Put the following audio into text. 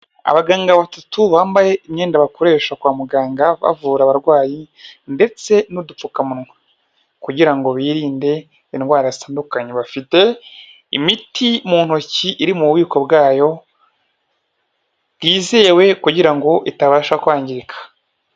Abaganga batatu bambaye imyenda bakoresha kwa muganga bavura abarwayi ndetse n'udupfukamunwa, kugira ngo birinde indwara zitandukanye bafite imiti mu ntoki iri mu bubiko bwayo bwizewe kugira ngo itabasha kwangirika.